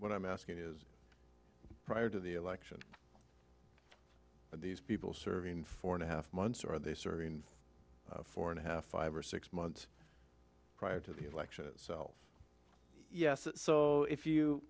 what i'm asking is prior to the election these people serving four and a half months or they serve four and a half five or six months prior to the election itself so if you